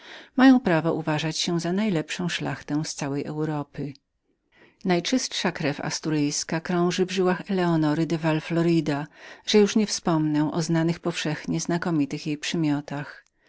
mają prawo uważania się za najlepszą szlachtę z całej europy najczystsza krew asturyjska krąży w żyłach eleonory de val florida że już nie wspomnę o znanych powszechnie znakomitych jej przymiotach